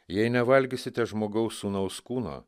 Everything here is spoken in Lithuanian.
jei nevalgysite žmogaus sūnaus kūno